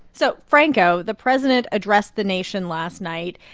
so, franco, the president addressed the nation last night.